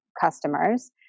customers